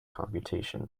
computation